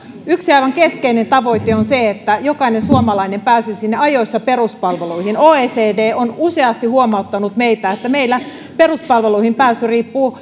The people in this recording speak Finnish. yksi aivan keskeinen tavoite on se että jokainen suomalainen pääsisi ajoissa peruspalveluihin oecd on useasti huomauttanut meitä siitä että meillä peruspalveluihin pääsy riippuu